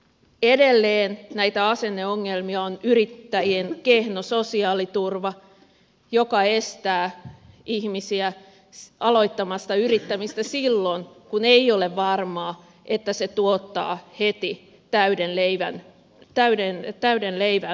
edelleen näitä asenneongelmia on yrittäjien kehno sosiaaliturva joka estää ihmisiä aloittamasta yrittämistä silloin kun ei ole varmaa että se tuottaa heti täyden leivän pöytään